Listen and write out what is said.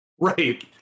Right